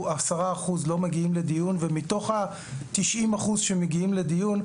10 אחוזים לא מגיעים לדיון ומתוך ה-90 אחוזים שמגיעים לדיון,